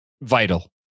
Vital